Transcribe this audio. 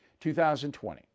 2020